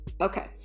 Okay